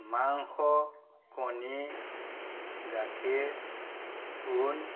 মাংস কণী গাখীৰ ঊন